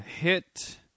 hit